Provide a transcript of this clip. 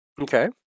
Okay